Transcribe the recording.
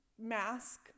mask